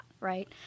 right